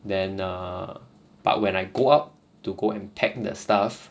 then err but when I go out to go and pack the stuff